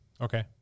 okay